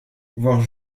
voire